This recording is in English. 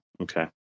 Okay